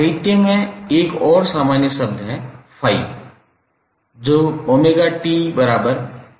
साहित्य में एक और सामान्य शब्द है ∅ जो 𝑣𝑡𝑉𝑚𝑠𝑖𝑛𝜔𝑡∅ देता है